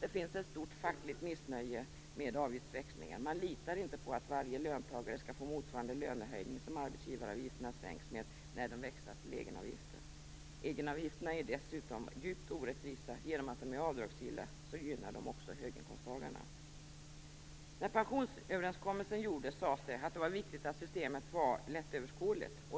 Det finns ett stort fackligt missnöje med avgiftsväxlingen. Man litar inte på att varje löntagare skall få motsvarande lönehöjning som arbetsgivaravgifterna sänks med när de växlas till egenavgifter. Egenavgifterna är dessutom djupt orättvisa genom att de är avdragsgilla och därmed gynnar höginkomsttagarna. När pensionsöverenskommelsen träffades sades det att det var viktigt att systemet var lättöverskådligt.